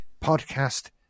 podcast